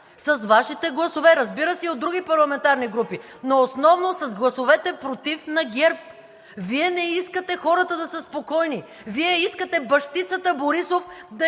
С Вашите гласове, разбира се и от други парламентарни групи, но основно с гласовете против на ГЕРБ. Вие не искате хората да са спокойни – Вие искате бащицата Борисов да